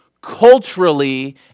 culturally